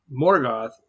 Morgoth